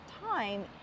time